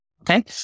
Okay